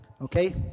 Okay